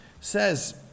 says